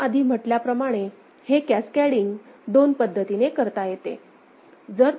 या आधी म्हटल्याप्रमाणे हे कॅस्कॅडींग दोन पद्धतीने करता येते